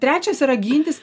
trečias yra gintis